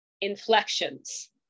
inflections